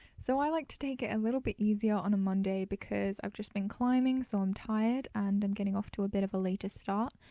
so i like to take it a little bit easier on a monday because i've just been climbing so i'm tired and i'm getting off to a bit of a later start.